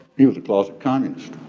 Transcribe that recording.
he was a closet communist.